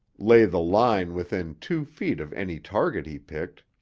lay the line within two feet of any target he picked,